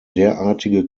derartige